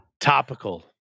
Topical